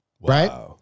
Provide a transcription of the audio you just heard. right